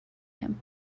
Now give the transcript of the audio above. him